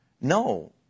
No